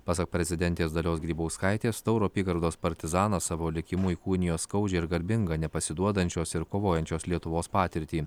pasak prezidentės dalios grybauskaitės tauro apygardos partizanas savo likimu įkūnijo skaudžią ir garbingą nepasiduodančios ir kovojančios lietuvos patirtį